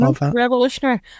revolutionary